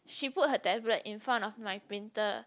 she put her tablet in front of my printer